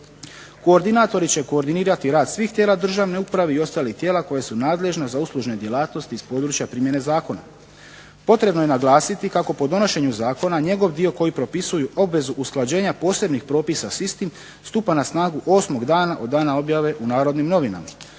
Koordinatori će koordinirati rad svih tijela državne uprave i ostalih tijela koja su nadležna za uslužne djelatnosti iz područja primjene zakona. Potrebno je naglasiti kao po donošenju zakona njegov dio koji propisuju obvezu usklađenja posebnih propisa s istim, stupa na snagu osmog dana od dana objave u Narodnim novinama.